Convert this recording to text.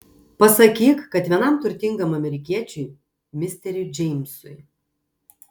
pasakyk kad vienam turtingam amerikiečiui misteriui džeimsui